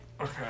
Okay